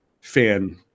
fan